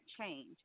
change